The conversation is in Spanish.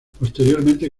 posteriormente